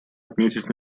отметить